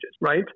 right